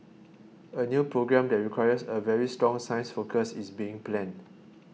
a new programme that requires a very strong science focus is being planned